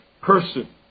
person